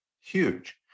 huge